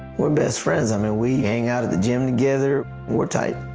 we're best friends. i mean we hang out at the gym together. we're tight.